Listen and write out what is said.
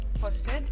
posted